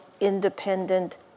independent